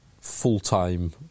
full-time